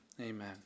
Amen